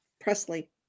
Presley